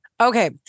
okay